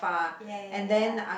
ya ya ya ya